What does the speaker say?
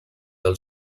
del